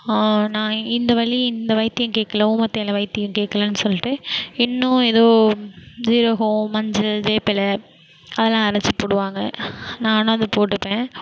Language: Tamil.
நான் இந்த வலி இந்த வைத்தியம் கேக்கலை ஊமத்திய எலை வைத்தியம் கேக்கலை சொல்லிட்டு இன்னும் ஏதோ ஜீரகம் மஞ்சள் வேப்பிலை அதலாம் அரைச்சி போடுவாங்க நானும் அதை போட்டுப்பேன்